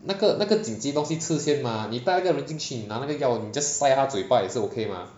那个那个紧急东西吃先吗你带那个人进去你拿那个药你 just 塞他嘴巴也是 okay mah